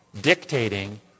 dictating